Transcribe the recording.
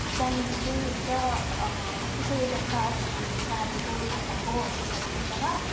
जहाँनिर चाहिँ हुन्छ कसैलाई गाडदो रहेछ गाडेको जलाको हो यस्तो टाइपको जग्गा